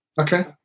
okay